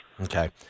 Okay